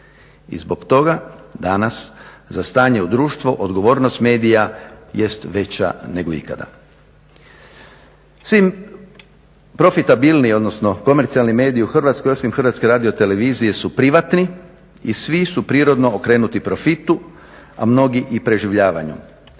i zbog toga danas za stanje u društvo odgovornost medija jest veća nego ikada. Svi profitabilni odnosno komercijalni mediji u Hrvatskoj osim HRT-a su privatni i svi su prirodno okrenuti profitu a mnogi i preživljavanju